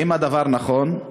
1. האם הדבר נכון?